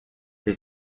they